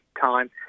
time